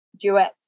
duets